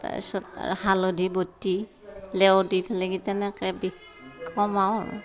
তাৰপিছত আৰু হালধি বটি লেওঁ দি পেলাই কি তেনেকৈ বিষ কমাও আৰু